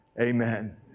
amen